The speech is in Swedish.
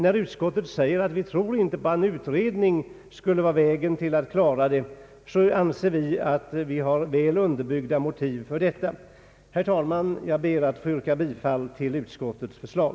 När utskottet säger att det inte tror att en utredning skulle vara vägen att lösa problemen anser vi att det finns väl underbyggda motiv för detta påstående. Jag ber, herr talman, att få yrka bifall till utskottets förslag.